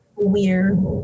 weird